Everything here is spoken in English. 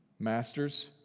Masters